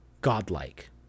godlike